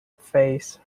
face